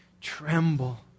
tremble